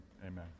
amen